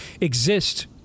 exist